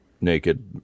naked